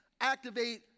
activate